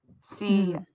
see